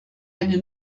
eine